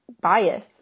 bias